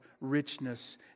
richness